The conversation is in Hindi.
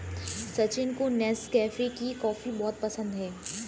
सचिन को नेस्कैफे की कॉफी बहुत पसंद है